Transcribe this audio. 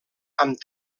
amb